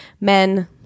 men